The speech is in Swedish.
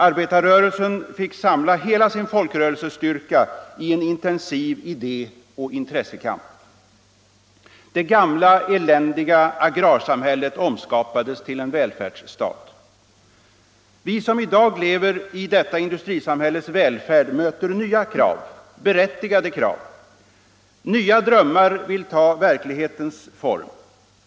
Arbetarrörelsen fick samla hela sin folkrörelsestyrka i en intensiv idé och intressekamp. Det gamla eländiga agrarsamhället omskapades till en välfärdsstat. Vi som i dag lever i detta industrisamhälles välfärd möter nya krav, berättigade krav. Nya drömmar vill ta verklighetens form.